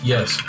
Yes